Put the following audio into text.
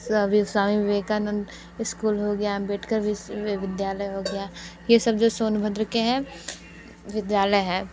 सवी स्वामी विवेकानंद इस्कूल हो गया अंबेडकर विश्वविद्यालय हो गया ये सब जो सोनभद्र के हैं विद्यालय हैं